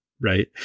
right